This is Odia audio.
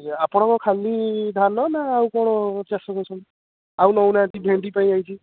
ଆଜ୍ଞା ଆପଣଙ୍କ ଖାଲି ଧାନ ନା ଆଉ କ'ଣ ଚାଷ କରିଛନ୍ତି ଆଉ ନେଉ ନାହାନ୍ତି ଭେଣ୍ଡି ପାଇଁ ଆସିଛି